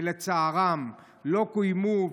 ולצערם הם לא קוימו.